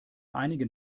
einigen